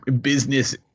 business